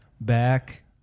back